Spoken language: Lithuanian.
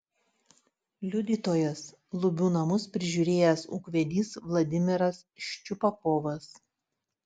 liudytojas lubių namus prižiūrėjęs ūkvedys vladimiras ščiupakovas